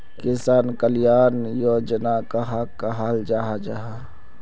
किसान कल्याण योजना कहाक कहाल जाहा जाहा?